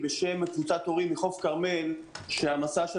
בשם קבוצת הורים מחוף כרמל שהמסע של